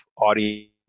audience